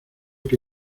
que